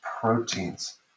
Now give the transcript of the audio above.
proteins